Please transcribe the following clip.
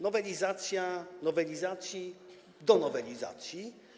Nowelizacja nowelizacji do nowelizacji.